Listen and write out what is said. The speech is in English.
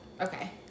Okay